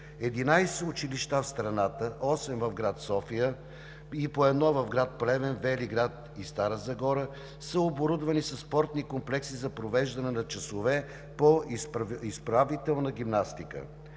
училища в страната – осем в град София и по едно в град Плевен, Велинград и Стара Загора, са оборудвани със спортни комплекси за провеждане на часове по изправителна гимнастика.